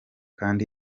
kand